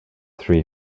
three